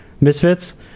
Misfits